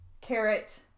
carrot